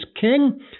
king